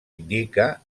indica